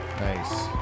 Nice